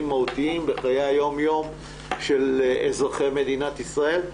מהותיים בחיי היום יום של אזרחי מדינת ישראל.